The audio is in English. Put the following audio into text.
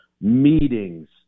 meetings